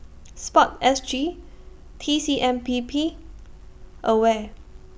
Sport S G T C M P B and AWARE